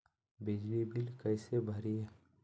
बिजली बिल कैसे भरिए?